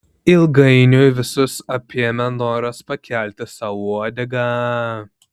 ilgainiui visus apėmė noras pakelti sau uodegą